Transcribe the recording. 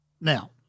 Now